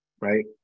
right